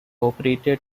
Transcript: operated